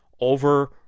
over